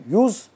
use